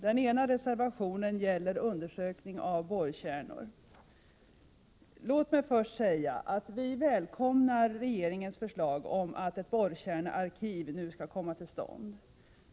Den ena reservationen gäller undersökning av borrkärnor. Låt mig först säga att vi välkomnar regeringens förslag om att ett borrkärnearkiv nu skall komma till stånd.